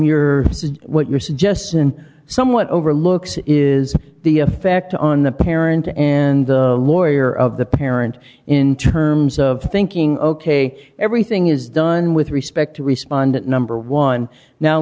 your what your suggestion somewhat overlooks is the effect on the parent and the lawyer of the parent in terms of thinking ok everything is done with respect to respond that number one now